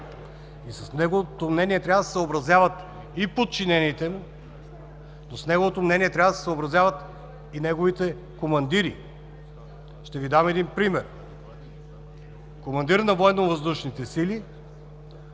С неговото мнение трябва да се съобразяват и подчинените му, но с неговото мнение трябва да се съобразяват и неговите командири. Ще Ви дам един пример. Командир на